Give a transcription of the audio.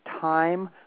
time